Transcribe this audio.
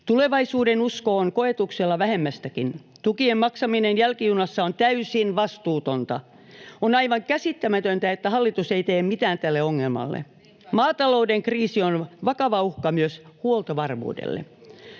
Tulevaisuudenusko on koetuksella vähemmästäkin. Tukien maksaminen jälkijunassa on täysin vastuutonta. On aivan käsittämätöntä, että hallitus ei tee mitään tälle ongelmalle. Maatalouden kriisi on vakava uhka myös huoltovarmuudelle.